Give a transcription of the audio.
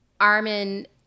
Armin